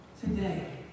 today